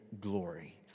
glory